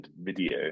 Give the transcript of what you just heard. video